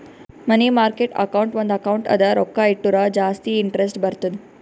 ಮನಿ market account ಒಂದ್ account ಅದ ರೊಕ್ಕಾ ಇಟ್ಟುರ ಜಾಸ್ತಿ ಇಂಟರೆಸ್ಟ್ ಬರ್ತುದ್